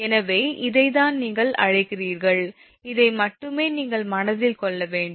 எனவே இதைத்தான் நீங்கள் அழைக்கிறீர்கள் இதை மட்டுமே நீங்கள் மனதில் கொள்ள வேண்டும்